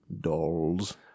dolls